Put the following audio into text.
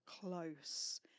close